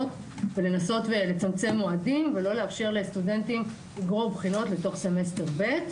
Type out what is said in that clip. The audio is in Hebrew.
ולנסות ולצמצם מועדים ולא לאפשר לסטודנטים לגרור בחינות לתוך סמסטר ב'.